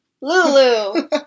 Lulu